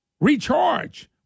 recharge